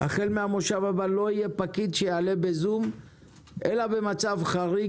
החל מהמושב הבא לא יהיה פקיד שיעלה בזום אלא במצב חריג,